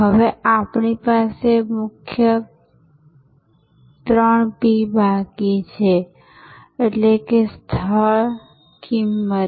હવે આપણી પાસે ત્રણ મુખ્ય P બાકી છે એટલે કે સ્થળ કિંમત